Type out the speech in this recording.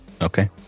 Okay